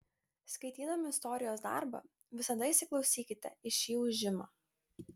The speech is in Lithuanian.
skaitydami istorijos darbą visada įsiklausykite į šį ūžimą